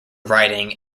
writing